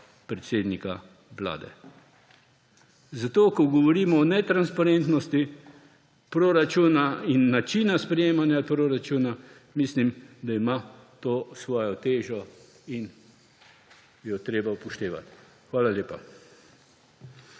predsednika Vlade. Zato, ko govorimo o netransparentnosti proračuna in načina sprejemanja proračuna mislim, da ima to svojo težo in jo je treba upoštevati. Hvala lepa.